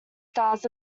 stars